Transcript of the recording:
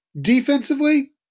Defensively